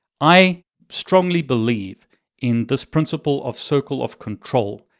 i strongly believe in this principle of circle of control.